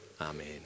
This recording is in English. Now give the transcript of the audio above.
Amen